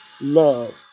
Love